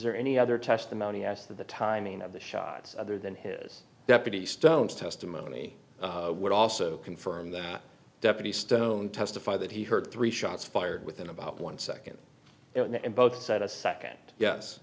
there any other testimony as to the timing of the shots other than his deputy stone's testimony would also confirm that deputy stone testified that he heard three shots fired within about one second and both said a second yes